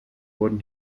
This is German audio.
wurden